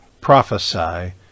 prophesy